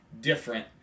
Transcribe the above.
different